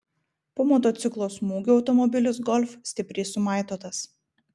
po motociklo smūgio automobilis golf stipriai sumaitotas